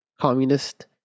communist